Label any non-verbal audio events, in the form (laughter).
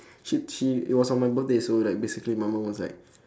(breath) she'd she it was on my birthday so like basically my mum was like (breath)